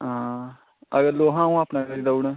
हां अगर लोहा अ'ऊं अपना देई ओड़ां